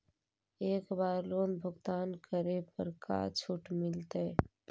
एक बार लोन भुगतान करे पर का छुट मिल तइ?